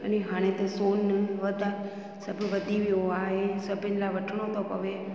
अने हाणे त सोन वधा सभु वधी वियो आहे सभिनि लाइ वठिणो थो पवे